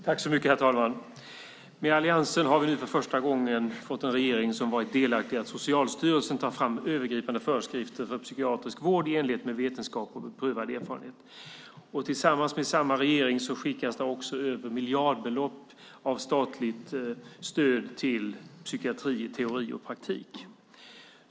Herr talman! Med alliansen har vi nu för första gången fått en regering som varit delaktig i att Socialstyrelsen tar fram övergripande föreskrifter för psykiatrisk vård i enlighet med vetenskap och beprövad erfarenhet. Med samma regering skickas det också över miljardbelopp av statligt stöd till psykiatri i teori och praktik.